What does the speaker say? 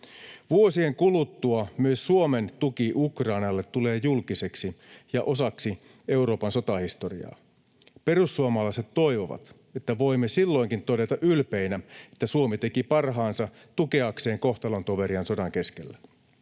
Vuosien kuluttua myös Suomen tuki Ukrainalle tulee julkiseksi ja osaksi Euroopan sotahistoriaa. Perussuomalaiset toivovat, että voimme silloinkin todeta ylpeinä, että Suomi teki parhaansa tukeakseen kohtalontoveriaan sodan keskellä.